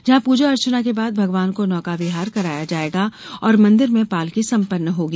जहां पूजा अर्चना के बाद भगवान को नौका विहार कराया जायेगा और मंदिर में पालकी सम्पन्न होगी